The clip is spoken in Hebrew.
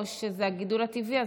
או שזה הגידול הטבעי.